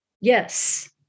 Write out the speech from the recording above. Yes